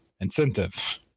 incentive